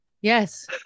Yes